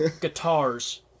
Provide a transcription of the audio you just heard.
guitars